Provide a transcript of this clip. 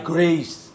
Grace